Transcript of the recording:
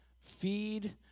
Feed